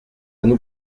nous